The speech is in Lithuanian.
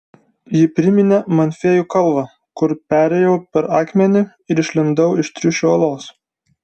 ji priminė man fėjų kalvą kur perėjau per akmenį ir išlindau iš triušio olos